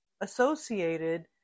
associated